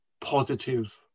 positive